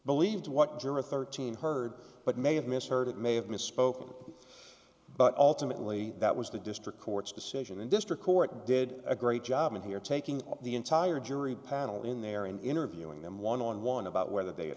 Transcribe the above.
believed what juror thirteen heard but may have misheard it may misspoken have but ultimately that was the district court's decision and district court did a great job in here taking the entire jury panel in there and interviewing them one on one about whether they had